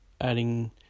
adding